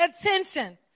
attention